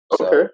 Okay